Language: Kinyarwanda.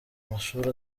mashuri